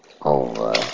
over